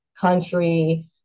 country